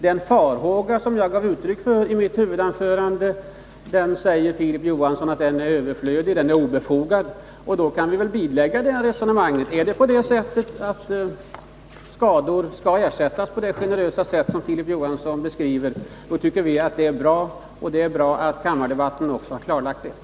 Den farhåga som jag gav uttryck för i mitt huvudanförande är överflödig och obefogad, säger Filip Johansson, och då kan vi bilägga detta resonemang. Är det så att skador skall ersättas på det generösa sätt som Filip Johansson beskriver tycker vi det är bra. Och det är bra att kammardebatten också har klarlagt detta.